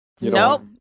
Nope